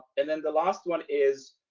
and then the last one is,